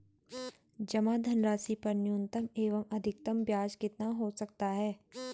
जमा धनराशि पर न्यूनतम एवं अधिकतम ब्याज कितना हो सकता है?